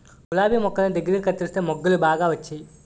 గులాబి మొక్కల్ని దగ్గరగా కత్తెరిస్తే మొగ్గలు బాగా వచ్చేయి